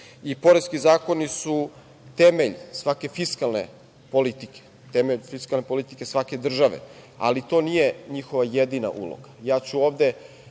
Poreski zakoni su temelj svake fiskalne politike, temelj fiskalne politike svake države, ali to nije njihova jedina uloga. Ja